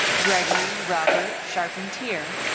gregory robert charpentier.